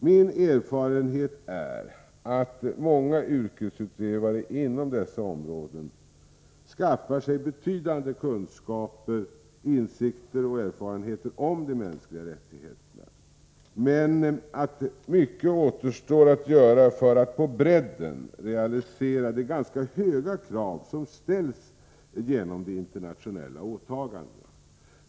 Min erfarenhet är att många yrkesutövare inom dessa områden skaffar sig betydande kunskaper, insikter och erfarenheter om de mänskliga rättigheterna, men att mycket återstår att göra för att på bredden realisera de ganska höga krav som ställs genom de internationella åtagandena.